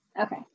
Okay